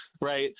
right